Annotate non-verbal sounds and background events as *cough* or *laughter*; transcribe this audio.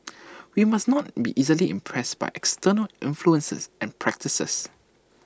*noise* we must not be easily impressed by external influences and practices